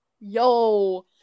Yo